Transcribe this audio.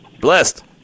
Blessed